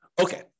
Okay